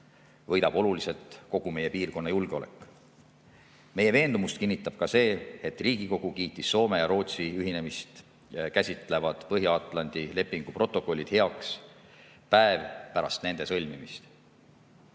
võidab oluliselt kogu meie piirkonna julgeolek. Meie veendumust kinnitab ka see, et Riigikogu kiitis Soome ja Rootsi ühinemist käsitlevad Põhja-Atlandi lepingu protokollid heaks päev pärast nende sõlmimist.